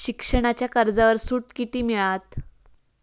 शिक्षणाच्या कर्जावर सूट किती मिळात?